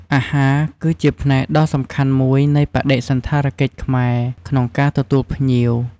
អាហារ គឺជាផ្នែកដ៏សំខាន់មួយនៃបដិសណ្ឋារកិច្ចខ្មែរ ក្នុងការទទួលភ្ញៀវ។